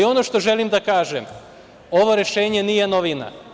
Ono što želim da kažem, ovo rešenje nije novina.